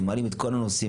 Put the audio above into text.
שמעלים את כל הנושאים,